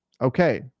okay